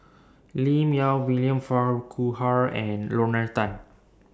Lim Yau William Farquhar and Lorna Tan